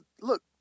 look